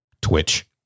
twitch